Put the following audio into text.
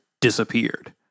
disappeared